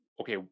okay